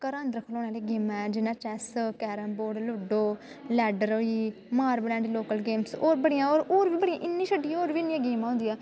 घरा अंदर खलौने आह्लियां गेमां ऐ जियां chess carrom board ludo ladder होई मार्बल ऐंड लोकल गेम्स होर बड़ियां होर होर बी बड़ियां इनें गी छड्डियै होर बी इन्नियां गेमां होंदियां